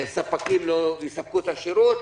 ספקים לא יספקו את השירות.